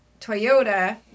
Toyota